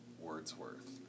Wordsworth